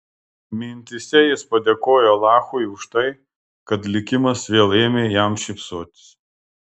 mintyse jis padėkojo alachui už tai kad likimas vėl ėmė jam šypsotis